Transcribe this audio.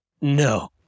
No